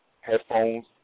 Headphones